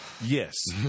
Yes